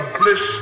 bliss